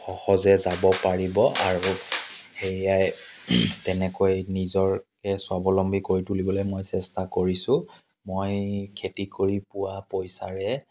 সহজে যাব পাৰিব আৰু সেয়াই তেনেকৈ নিজকে স্বাৱলম্বী কৰি তুলিবলৈ মই চেষ্টা কৰিছোঁ মই খেতি কৰি পোৱা পইচাৰে